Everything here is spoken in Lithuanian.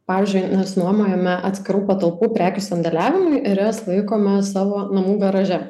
pavyzdžiui nesinuomojame atskirų patalpų prekių sandėliavimui ir jas laikome savo namų garaže